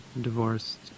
divorced